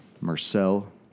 Marcel